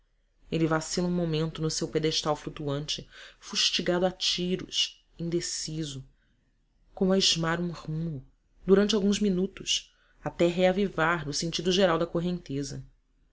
ele vacila um momento no seu pedestal flutuante fustigado a tiros indeciso como a esmar um rumo durante alguns minutos até se reaviar no sentido geral da correnteza